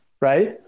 right